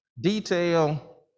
detail